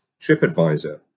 TripAdvisor